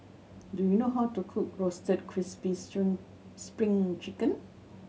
do you know how to cook Roasted Crispy Spring Chicken